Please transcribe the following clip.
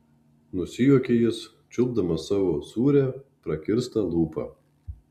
nusijuokė jis čiulpdamas savo sūrią prakirstą lūpą